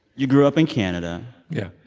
you grew up in canada yeah.